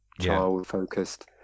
child-focused